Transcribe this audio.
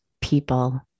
people